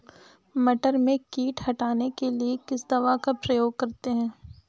मटर में कीट हटाने के लिए किस दवा का प्रयोग करते हैं?